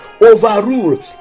Overrule